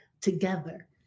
together